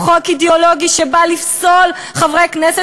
הוא חוק אידיאולוגי שבא לפסול חברי כנסת